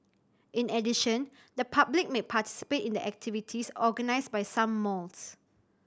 in addition the public may participate in the activities organised by some malls